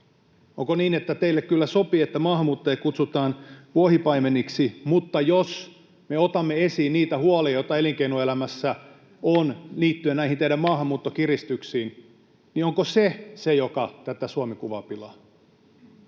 Onko niin, että teille kyllä sopii, että maahanmuuttajia kutsutaan vuohipaimeniksi, mutta jos me otamme esiin niitä huolia, joita elinkeinoelämässä on liittyen näihin teidän maahanmuuttokiristyksiin, niin onko tämä se, joka tätä Suomi-kuvaa pilaa,